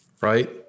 Right